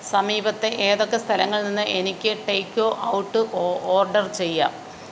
സമീപത്തെ ഏതൊക്കെ സ്ഥലങ്ങളിൽ നിന്ന് എനിക്ക് ടേക് ഔട്ട് ഒർഡർ ചെയ്യാം